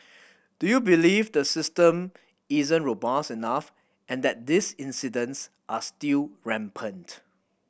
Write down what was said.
do you believe the system isn't robust enough and that these incidents are still rampant